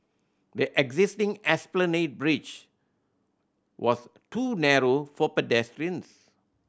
the existing Esplanade Bridge was too narrow for pedestrians